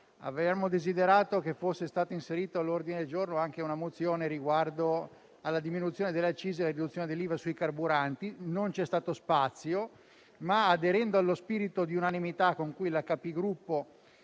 Avremmo desiderato che fosse inserita all'ordine del giorno anche una mozione riguardo la diminuzione delle accise e la riduzione dell'IVA sui carburanti, ma non c'è stato spazio. Tuttavia, aderendo allo spirito di unanimità con cui la